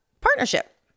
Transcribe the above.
partnership